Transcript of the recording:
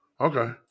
Okay